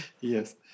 yes